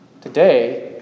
today